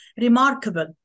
remarkable